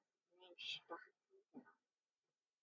את בני משפחת מיטראן.